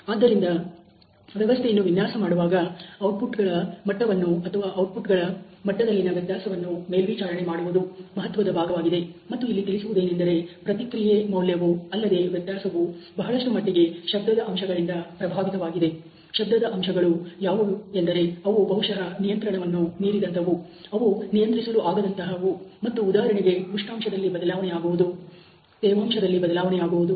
ಆದ್ದರಿಂದ ವ್ಯವಸ್ಥೆಯನ್ನು ವಿನ್ಯಾಸ ಮಾಡುವಾಗ ಔಟ್ಪುಟ್ಗಳ ಮಟ್ಟವನ್ನು ಅಥವಾ ಔಟ್ಪುಟ್ಗಳ ಮಟ್ಟದಲ್ಲಿನ ವ್ಯತ್ಯಾಸವನ್ನು ಮೇಲ್ವಿಚಾರಣೆ ಮಾಡುವುದು ಮಹತ್ವದ ಭಾಗವಾಗಿದೆ ಮತ್ತು ಇಲ್ಲಿ ತಿಳಿಸುವುದೇನೆಂದರೆ ಪ್ರತಿಕ್ರಿಯೆ ಮೌಲ್ಯವು ಅಲ್ಲದೆ ವ್ಯತ್ಯಾಸವು ಬಹಳಷ್ಟು ಮಟ್ಟಿಗೆ ಶಬ್ದದ ಅಂಶಗಳಿಂದ ಪ್ರಭಾವಿತವಾಗಿದೆ ಎಂಬುದು ಶಬ್ದದ ಅಂಶಗಳು ಯಾವುವು ಎಂದರೆ ಅವು ಬಹುಶಹ ನಿಯಂತ್ರಣವನ್ನು ಮೀರಿದಂತವು ಅವು ನಿಯಂತ್ರಿಸಲು ಆಗದಂತಹ ಮತ್ತು ಉದಾಹರಣೆಗೆ ಉಷ್ಣಾಂಶದಲ್ಲಿ ಬದಲಾವಣೆಯಾಗುವುದು ತೇವಾಂಶದಲ್ಲಿ ಬದಲಾವಣೆಯಾಗುವುದು ಇತ್ಯಾದಿಗಳು